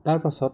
ইয়াৰ পাছত